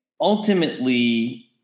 Ultimately